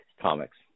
comics